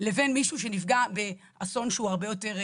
לבין מישהו שנפגע באסון שהוא הרבה יותר כולל.